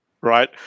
right